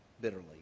bitterly